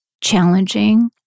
challenging